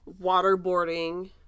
waterboarding